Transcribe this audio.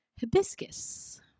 Hibiscus